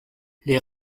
les